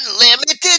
Unlimited